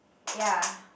ya